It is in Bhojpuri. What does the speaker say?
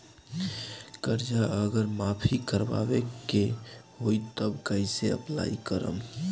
कर्जा अगर माफी करवावे के होई तब कैसे अप्लाई करम?